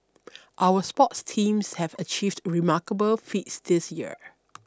our sports teams have achieved remarkable feats this year